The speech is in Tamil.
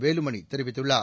வேலுமணி தெரிவித்துள்ளார்